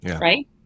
right